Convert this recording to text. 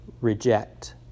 reject